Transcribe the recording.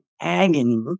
agony